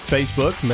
Facebook